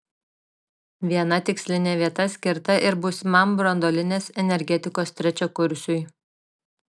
viena tikslinė vieta skirta ir būsimam branduolinės energetikos trečiakursiui